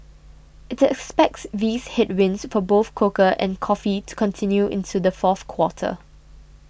it expects these headwinds for both cocoa and coffee to continue into the fourth quarter